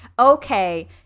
okay